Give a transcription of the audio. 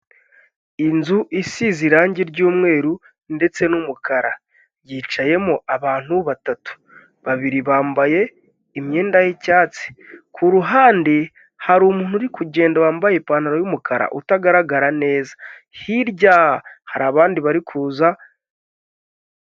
Inzu isize irangi ry'umweru ndetse n'umukara, yicayemo abantu batatu, babiri bambaye imyenda y'icyatsi, ku ruhande hari umuntu uri kugenda wambaye ipantaro y'umukara utagaragara neza, hirya hari abandi bari kuza.